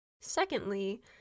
secondly